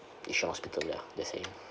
yishun hospital ya just saying